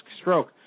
stroke